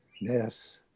Yes